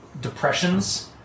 depressions